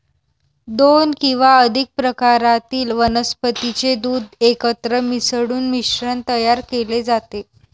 दोन किंवा अधिक प्रकारातील वनस्पतीचे दूध एकत्र मिसळून मिश्रण तयार केले जाते